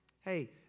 Hey